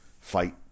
fight